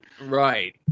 Right